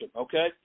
okay